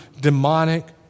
demonic